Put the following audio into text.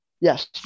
Yes